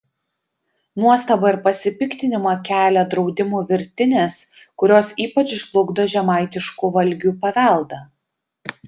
nuostabą ir pasipiktinimą kelia draudimų virtinės kurios ypač žlugdo žemaitiškų valgių paveldą